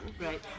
Right